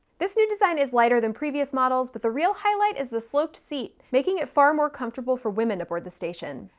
this new design is lighter than previous models, but the real highlight is the sloped seat, making it far more comfortable for women aboard the station.